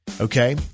Okay